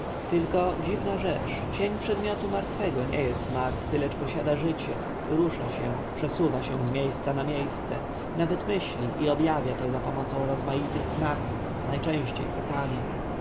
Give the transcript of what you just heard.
tylko dziwna rzecz cień przedmiotu martwego nie jest martwy ale posiada życie rusza się przesuwa się z miejsca na miejsce nawet myśli i objawia to zapomocą rozmaitych znaków najczęściej pukania